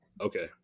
okay